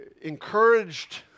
encouraged